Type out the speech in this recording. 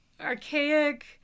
archaic